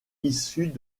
issues